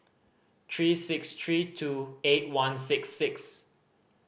three six three two eight one six six